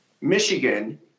Michigan